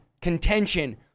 contention